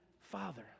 father